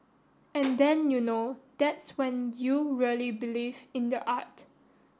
and then you know that's when you really believe in the art